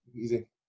easy